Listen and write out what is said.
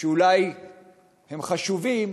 שאולי הם חשובים,